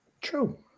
True